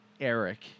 Eric